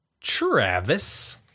Travis